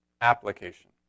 application